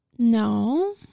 no